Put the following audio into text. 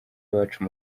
iwacu